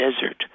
desert